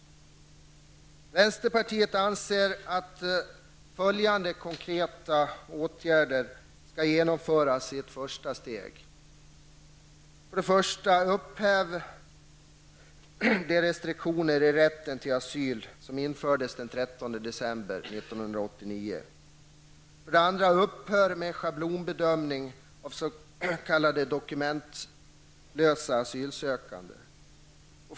Vänsterpartiet anser att följande konkreta åtgärder skall genomföras som ett första steg: För det första: Upphäv de restriktioner i rätten till asyl som infördes den 13 december 1989. För det andra: Upphör med schablonbedömningarna av s.k. dokumentlösa asylsökande.